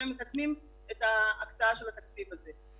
והם מתקנים את ההקצאה של התקציב הזה.